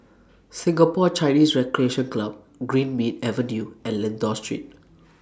Singapore Chinese Recreation Club Greenmead Avenue and Lentor Street